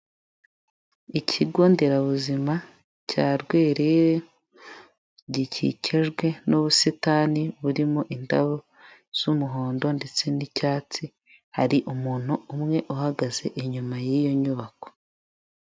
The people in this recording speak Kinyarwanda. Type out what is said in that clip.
Ikigo nderabuzima cya Rwerere gikikijwe n'ubusitani burimo indabo z'umuhondo, ndetse n'icyatsi, hari umuntu umwe uhagaze inyuma y'iyo nyubako.